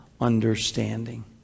understanding